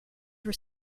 were